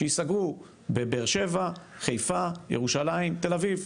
שייסגרו בבאר שבע, חיפה, ירושלים, תל אביב.